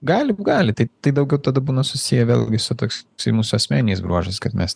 gali gali tiktai daugiau tada būna susiję vėlgi su toks su mūsų asmeniniais bruožais kad mes